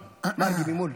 ממול.